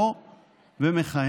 ולא